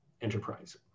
enterprise